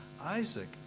Isaac